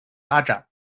发展